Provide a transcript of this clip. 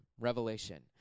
Revelation